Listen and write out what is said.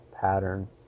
pattern